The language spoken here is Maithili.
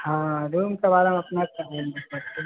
हॅं रूम तऽ बड़ा अपनेके पड़तै